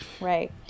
right